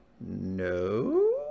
No